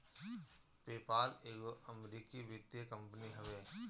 PayPal एगो अमरीकी वित्तीय कंपनी हवे